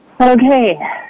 okay